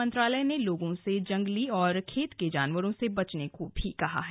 मंत्रालय ने लोगों से जंगली और खेत के जानवरों से बचने को भी कहा है